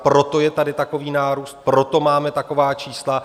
Proto je tady takový nárůst, proto máme taková čísla.